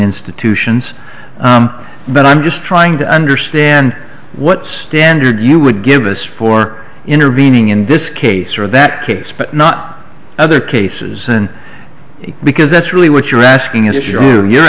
institutions but i'm just trying to understand what standard you would give us for intervening in this case or that case but not other cases in it because that's really what you're asking is your room you're